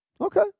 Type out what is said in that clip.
Okay